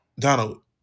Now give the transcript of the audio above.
Donald